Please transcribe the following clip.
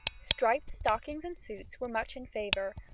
striped stockings and suits were much in favour.